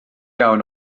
iawn